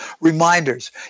reminders